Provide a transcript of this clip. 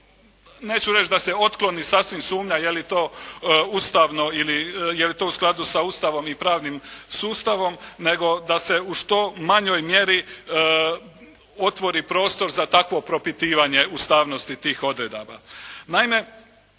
neću reći da se otkloni sasvim sumnja je li to ustavno ili je li to u skladu s Ustavom i pravnim sustavom, nego da se u što manjoj mjeri otvori prostor za takvo propitivanje ustavnosti tih odredaba.